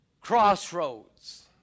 Crossroads